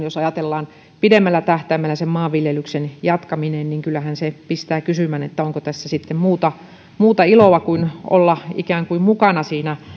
jos ajatellaan pidemmällä tähtäimellä sen maanviljelyksen jatkamista niin niin kyllähän se pistää kysymään onko tässä sitten muuta muuta iloa kuin olla ikään kuin mukana siinä